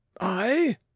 I